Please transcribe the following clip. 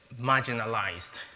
Marginalized